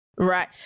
Right